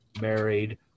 married